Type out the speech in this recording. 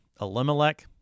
elimelech